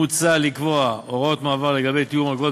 מוצע לקבוע הוראות מעבר לגבי תיאום אגרות